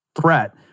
threat